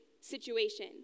situation